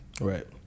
Right